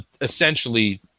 essentially